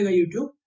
YouTube